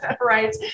right